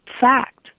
fact